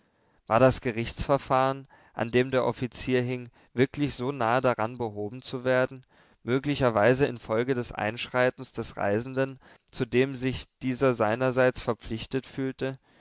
war das gerichtsverfahren an dem der offizier hing wirklich so nahe daran behoben zu werden möglicherweise infolge des einschreitens des reisenden zu dem sich dieser seinerseits verpflichtet fühlte